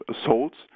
assaults